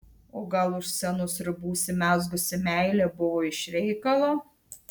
o gal už scenos ribų užsimezgusi meilė buvo iš reikalo